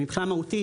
מבחינה מהותית,